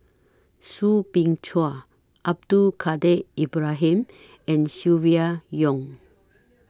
Soo Bin Chua Abdul Kadir Ibrahim and Silvia Yong